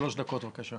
שלוש דקות, בבקשה.